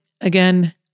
again